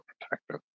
protective